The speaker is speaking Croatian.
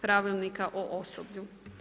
Pravilnika o osoblju.